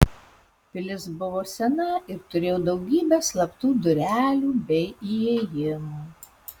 pilis buvo sena ir turėjo daugybę slaptų durelių bei įėjimų